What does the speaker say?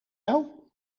jou